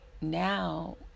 Now